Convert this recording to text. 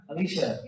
Alicia